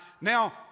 Now